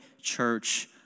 church